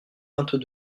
vingt